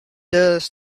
does